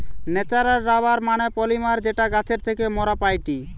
natural rubber মানে polymer যেটা গাছের থেকে মোরা পাইটি